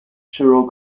chiral